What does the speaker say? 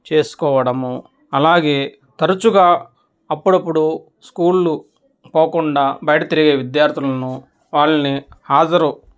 చేసుకోవడము అలాగే తరచుగా అప్పుడప్పుడు స్కూళ్ళు పోకుండా బయట తిరిగే విద్యార్థులను వాళ్ళని హాజరు